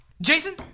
Jason